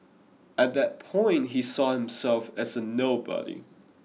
at that point he saw himself as a nobody